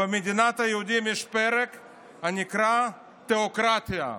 ב"מדינת היהודים" יש פרק הנקרא תיאוקרטיה.